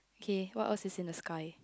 okay what else is in the sky